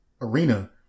arena